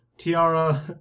tiara